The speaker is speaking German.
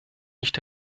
nicht